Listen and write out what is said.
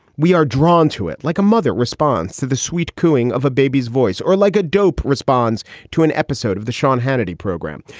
we are drawn to it like a mother responds to the sweet cooing of a baby's voice, or like a dope responds to an episode of the sean hannity program.